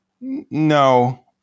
no